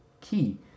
key